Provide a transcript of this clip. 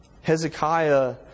Hezekiah